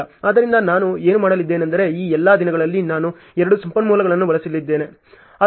ಆದ್ದರಿಂದ ನಾನು ಏನು ಮಾಡಲಿದ್ದೇನೆಂದರೆ ಈ ಎಲ್ಲಾ ದಿನಗಳಲ್ಲಿ ನಾನು ಎರಡು ಸಂಪನ್ಮೂಲಗಳನ್ನು ಬಳಸಲಿದ್ದೇನೆ